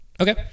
Okay